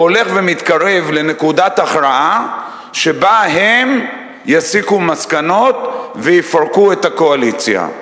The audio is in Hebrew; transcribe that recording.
או הולך ומתקרב לנקודת הכרעה שבה הם יסיקו מסקנות ויפרקו את הקואליציה.